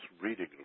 reading